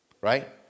right